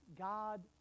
god